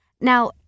Now